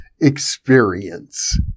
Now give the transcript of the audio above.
Experience